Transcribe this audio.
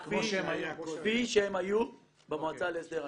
כפי שהם היו במועצה להסדר ההימורים.